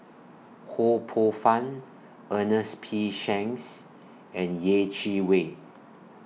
Ho Poh Fun Ernest P Shanks and Yeh Chi Wei